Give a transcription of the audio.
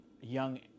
young